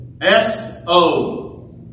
S-O